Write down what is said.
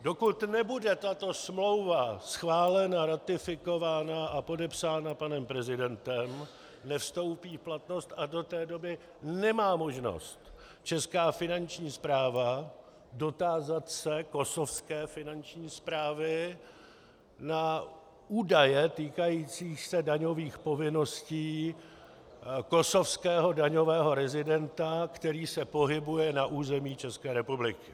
Dokud nebude tato smlouva schválena, ratifikována a podepsána panem prezidentem, nevstoupí v platnost a do té doby nemá možnost česká finanční správa dotázat se kosovské finanční správy na údaje týkající se daňových povinností kosovského daňového rezidenta, který se pohybuje na území České republiky.